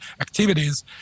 activities